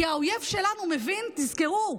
כי תזכרו,